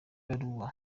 baruwa